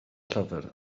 llyfr